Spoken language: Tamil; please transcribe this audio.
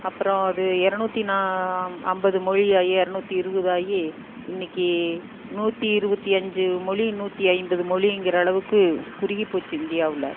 அப்புறம் அது இரநூத்தி நா அம் ஐம்பது மொழியாகி இரநூத்தி இருபதாயி இன்னிக்கு நூற்றி இருபத்தி அஞ்சு மொழி நூற்றி ஐம்பது மொழியெங்கிற அளவுக்கு குறுகிப் போச்சு இந்தியாவில்